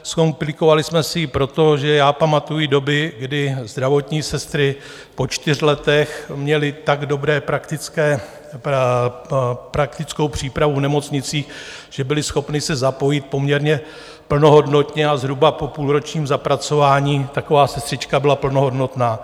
Zkomplikovali jsme si ji proto, že já pamatuji doby, kdy zdravotní sestry po čtyřech letech měly tak dobrou praktickou přípravu v nemocnicích, že byly schopny se zapojit poměrně plnohodnotně a zhruba po půlročním zapracování taková sestřička byla plnohodnotná.